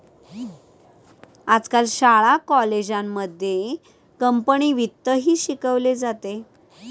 आजकाल शाळा कॉलेजांमध्ये कंपनी वित्तही शिकवले जाते